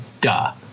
duh